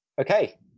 okay